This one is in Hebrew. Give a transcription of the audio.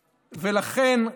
לכן,